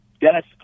Dennis